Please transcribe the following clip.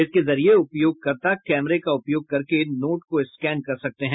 इसके जरिए उपयोगकर्ता कैमरे का उपयोग करके नोट को स्कैन कर सकते हैं